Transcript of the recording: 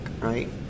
right